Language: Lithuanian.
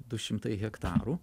du šimtai hektarų